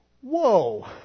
whoa